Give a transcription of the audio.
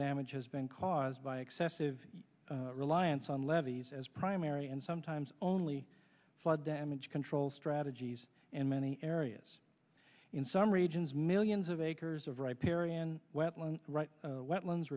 damage has been caused by excessive reliance on levees as primary and sometimes only flood damage control strategies in many areas in some regions millions of acres of ripe ariane wetlands